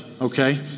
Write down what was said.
Okay